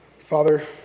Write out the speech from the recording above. Father